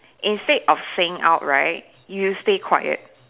instead of saying out right you stay quiet